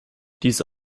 diese